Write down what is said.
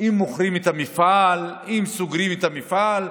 אם מוכרים את המפעל, אם סוגרים את המפעל.